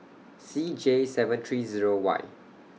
C J seven three Zero Y